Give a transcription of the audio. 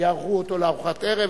יארחו אותו לארוחת ערב,